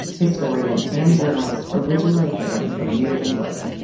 historian and journalist originally hailing from new england.